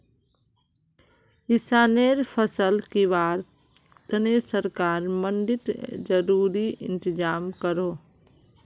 किस्सानेर फसल किंवार तने सरकार मंडित ज़रूरी इंतज़ाम करोह